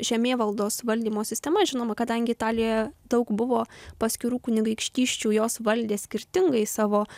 žemėvaldos valdymo sistema žinoma kadangi italijoje daug buvo paskirų kunigaikštysčių jos valdė skirtingai savo